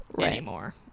anymore